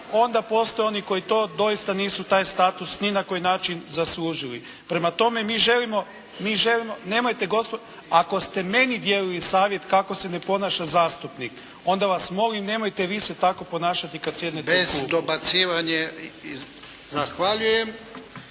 onda postoje oni koji to doista nisu taj status ni na koji način zaslužili. Prema tome, mi želimo, nemojte gospodo. Ako ste meni dijelili savjet kako se ne ponaša zastupnik onda vas molim nemojte vi se tako ponašati kad sjednete u klupu. **Jarnjak, Ivan